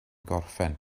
gorffen